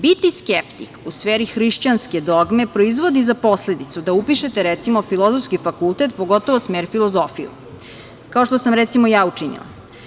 Biti skeptik u sferi hrišćanske dogme proizvodi za posledicu da upišete, recimo, Filozofski fakultet, pogotovo smer filozofiju, kao što sam, recimo, ja učinili.